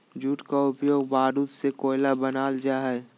jute का उपयोग बारूद से कोयला बनाल जा हइ